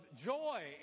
joy